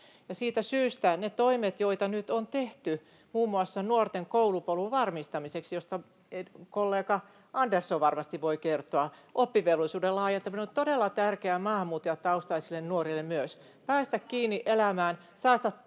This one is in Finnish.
Siitä syystä nyt on tehty toimia muun muassa nuorten koulupolun varmistamiseksi, joista kollega Andersson varmasti voi kertoa. Myös oppivelvollisuuden laajentaminen on todella tärkeää maahanmuuttajataustaisille nuorille, päästä kiinni elämään, saada